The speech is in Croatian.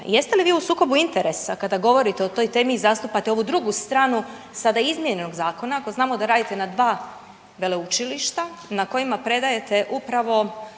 Jeste li vi u sukobu interesa kada govorite o toj temi i zastupate ovu drugu stranu sada izmijenjenog zakona ako znamo da radite na dva veleučilišta na kojima predajte upravo